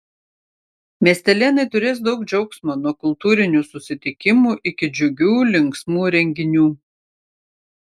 miestelėnai turės daug džiaugsmo nuo kultūrinių susitikimų iki džiugių linksmų renginių